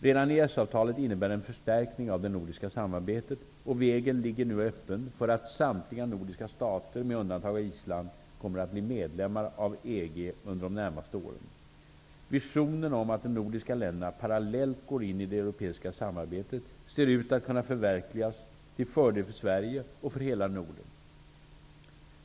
Redan EES-avtalet innebär en förstärkning av det nordiska samarbetet, och vägen ligger nu öppen för att samtliga nordiska stater, med undantag av Island, kommer att bli medlemmar av EG under de närmaste åren. Visionen om att de nordiska länderna parallellt går in i det europeiska samarbetet ser ut att kunna förverkligas -- till fördel för Sverige och för hela Norden.